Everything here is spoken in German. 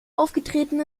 aufgetreten